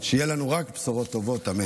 שיהיו לנו רק בשורות טובות, אמן.